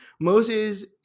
Moses